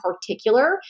particular